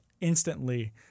instantly